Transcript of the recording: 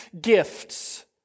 gifts